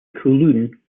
kowloon